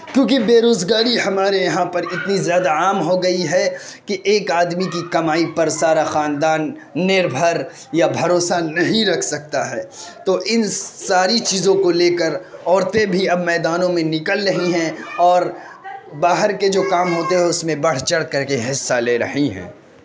کیونکہ بےروزگاری ہمارے یہاں پر اتنی زیادہ عام ہو گئی ہے کہ ایک آدمی کی کمائی پر سارا خاندان نربھر یا بھروسہ نہیں رکھ سکتا ہے تو ان ساری چیزوں کو لے کر عورتیں بھی اب میدانوں میں نکل رہی ہیں اور باہر کے جو کام ہوتے ہیں اس میں بڑھ چڑھ کر کے حصہ لے رہی ہیں